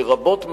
שרבות מהן,